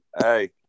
Hey